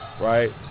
right